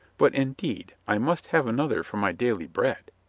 but indeed, i must have another for my daily bread.